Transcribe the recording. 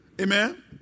Amen